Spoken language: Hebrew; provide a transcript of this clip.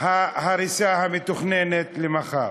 ההריסה המתוכננת למחר.